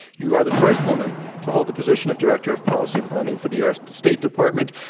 you are the first woman to hold the position of director of policy planning for the u. s. state department.